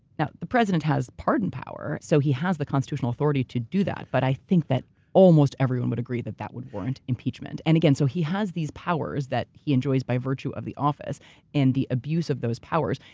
now the president has pardon power, so he has the constitutional authority to do that. but i think that almost everyone would agree that that would warrant impeachment. and again, so he has these powers that he enjoys by virtue of the office and the abuse of those powers,